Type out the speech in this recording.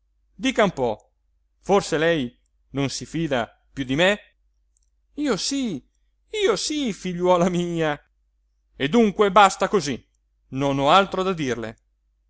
dica un po forse lei non si fida piú di me io sí io sí figliuola mia e dunque basta cosí non ho altro da dirle